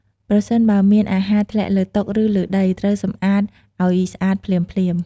ប្រសិនបើមានអាហារធ្លាក់លើតុ ឬលើដី ត្រូវសំអាតអោយស្អាតភ្លាមៗ។